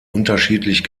unterschiedlich